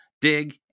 dig